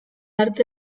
arte